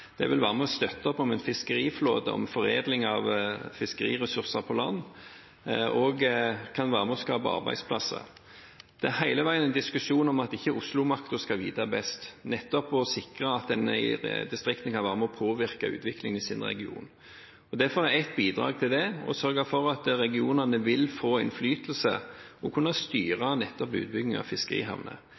Det vil være med på å støtte opp om en fiskeriflåte og foredling av fiskeriressurser på land, og kan være med på å skape arbeidsplasser. Det er hele veien en diskusjon om at Oslo-makten ikke skal vite best, nettopp for å sikre at en i distriktene kan være med på å påvirke utviklingen i sin region. Et bidrag til det er å sørge for at regionene vil få innflytelse og kunne styre nettopp utbyggingen av fiskerihavner.